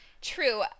True